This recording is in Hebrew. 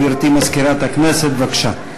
גברתי מזכירת הכנסת, בבקשה.